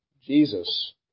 Jesus